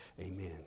amen